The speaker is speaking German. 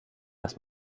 dass